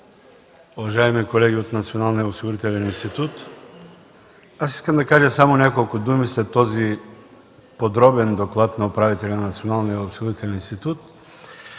уважаеми колеги от Националния осигурителен институт! Искам да кажа само няколко думи след този подробен доклад на управителя на Националния осигурителен институт,